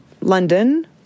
London